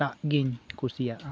ᱴᱟᱜ ᱜᱤᱧ ᱠᱩᱥᱤᱭᱟᱜᱼᱟ